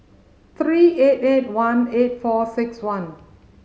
three eight eight one eight four six one